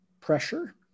pressure